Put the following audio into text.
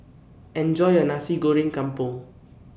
Enjoy your Nasi Goreng Kampung